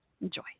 Enjoy